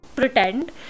pretend